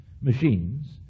machines